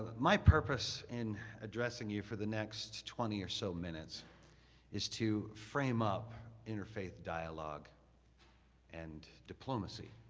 my purpose in addressing you for the next twenty or so minutes is to frame up interfaith dialogue and diplomacy.